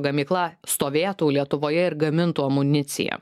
gamykla stovėtų lietuvoje ir gamintų amuniciją